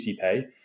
Pay